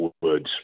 Woods